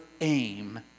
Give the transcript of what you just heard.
aim